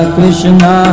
Krishna